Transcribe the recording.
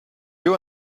you